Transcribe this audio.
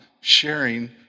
sharing